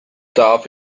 darf